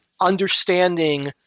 understanding